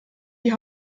die